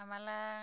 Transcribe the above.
आम्हाला